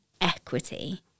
equity